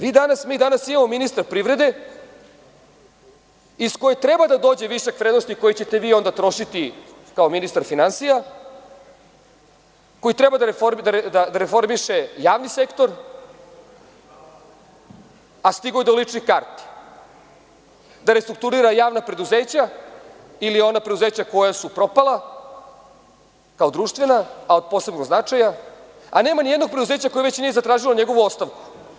Mi danas imamo ministra privrede iz koje treba da dođe višak vrednosti koji ćete vi onda trošiti kao ministar finansija, koji treba da reformiše javni sektor, a stigao je do ličnih karti; da restruktuira javna preduzeća ili ona preduzeća koja su propala, kao društvena a od posebnog značaja, a nema nijednog preduzeća koje već nije zatražilo njegovu ostavku.